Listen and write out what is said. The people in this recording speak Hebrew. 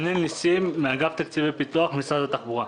אני מאגף תקציבי פיתוח במשרד התחבורה.